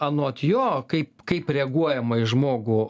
anot jo kaip kaip reaguojama į žmogų